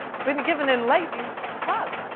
gonna give an enlightening talk.